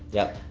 yup.